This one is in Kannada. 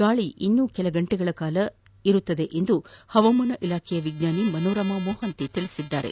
ಗಾಳಿ ಇನ್ನು ಕೆಲ ಗಂಟೆಗಳ ಕಾಲ ಇರಲಿದೆ ಎಂದು ಹವಾಮಾನ ಇಲಾಖೆಯ ವಿಜ್ಞಾನಿ ಮನೋರಮಾ ಮೋಹಾಂತಿ ಹೇಳಿದ್ದಾರೆ